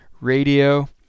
radio